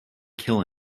kill